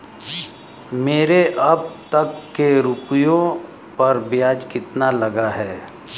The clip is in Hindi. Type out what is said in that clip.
मेरे अब तक के रुपयों पर ब्याज कितना लगा है?